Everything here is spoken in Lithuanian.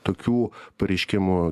tokių pareiškimų